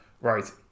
right